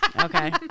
Okay